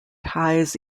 highs